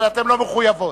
אבל אתן לא מחויבות.